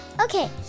okay